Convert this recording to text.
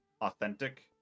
authentic